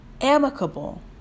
amicable